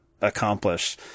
accomplish